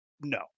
No